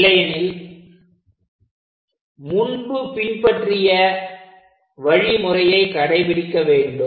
இல்லையெனில் முன்பு பின்பற்றிய வழி முறையை கடைபிடிக்க வேண்டும்